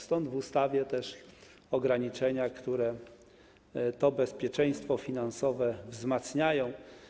Stąd też w ustawie ograniczenia, które to bezpieczeństwo finansowe wzmacniają.